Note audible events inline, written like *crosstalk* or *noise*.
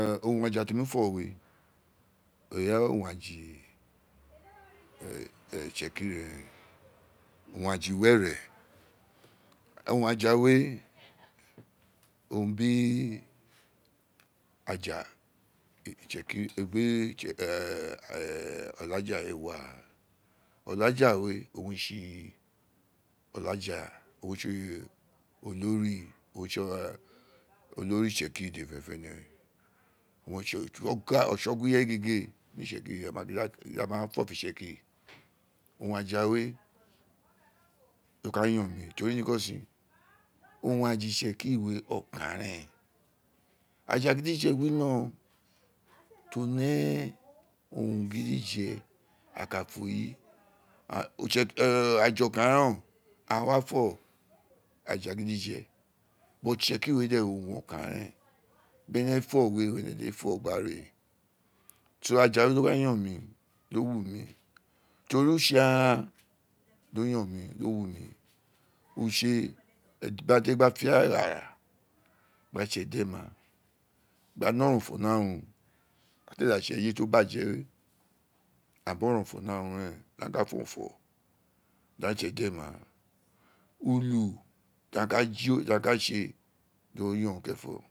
Owun aja ti mo fó wéè eyi owun aja *noise* *hesitation* itsekiri ren owun aja iwere owun aja wee *noise* owun bi *hesitation* olaja we waa *noi* olaja wee owun re tsi olaja *hesitation* olori owun re tsi olori itsekiri dede fenefene owun re tse otsogua ireye gege ni itsekiri we gin a magin di aa fi ofo itsekiri we owun aja we *noise* do ka yon mi to ri nike sin owun aja itsekiri we okan ren *noise* aja gidje we wino to ne owun gidije a ka fo eyi *hesitation* aja okan reen oo *noise* aghaani wa fo aja gidije *hesitation* itsekiri we de owun okan we de *noise* bi ene fo we owun ene dede fo ese wo ka ri to ri aja we di o ka yon mi di o wu mi tori use aghaan di o yon mi di o wumi utse bi a ti ee ka fe aghara gba tsse edema gba ne oronfo ni arun ti o da tse eye ti o da baje we *noise* aghaan bi oronfo ni arun a ka fo oronfo gba tse edema ulu ti aghaan ka jo ka tse ulu ti o ka yon kerenfo.